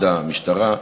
מד"א, משטרה.